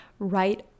right